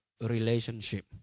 relationship